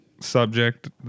subject